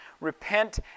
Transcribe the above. Repent